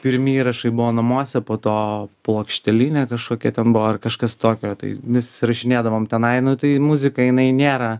pirmi įrašai buvo namuose po to plokštelinė kažkokia ten buvo ar kažkas tokio tai nes įsirašinėdavom tenai nu tai muzika jinai nėra